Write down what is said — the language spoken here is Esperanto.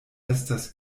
estas